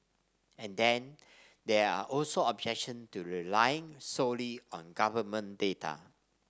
and then there are also objection to relying solely on government data